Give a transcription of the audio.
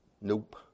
Nope